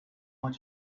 want